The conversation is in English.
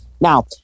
Now